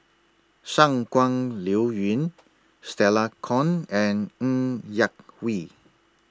Shangguan Liuyun Stella Kon and Ng Yak Whee